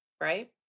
right